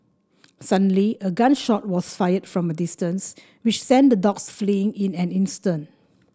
suddenly a gun shot was fired from a distance which sent the dogs fleeing in an instant